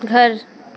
घर